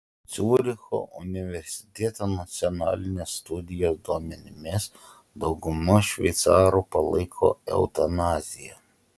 ciuricho universiteto nacionalinės studijos duomenimis dauguma šveicarų palaiko eutanaziją